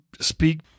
speak